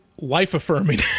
life-affirming